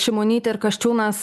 šimonytė ir kasčiūnas